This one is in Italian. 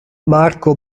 marco